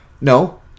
No